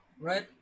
right